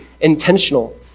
intentional